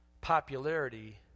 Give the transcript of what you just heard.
popularity